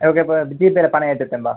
ஓகேப்பா ஜிபேயில் பணம் ஏற்றிவுட்டுடன்ப்பா